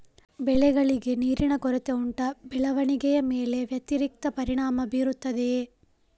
ಬೆಳೆಗಳಿಗೆ ನೀರಿನ ಕೊರತೆ ಉಂಟಾ ಬೆಳವಣಿಗೆಯ ಮೇಲೆ ವ್ಯತಿರಿಕ್ತ ಪರಿಣಾಮಬೀರುತ್ತದೆಯೇ?